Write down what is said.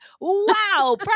Wow